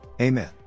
Amen